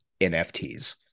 NFTs